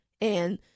And-